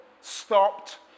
stopped